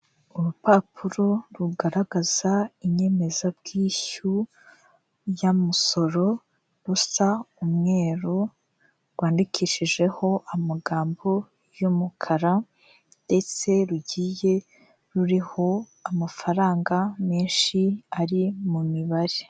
Urupapuro rugaragaza inyemezabwishyu y’umusoro, rusa umweru rwandikishijeho amagambo y’umukara ndetse rugiye ruriho amafaranga menshi ari mu mibare.